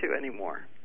anymore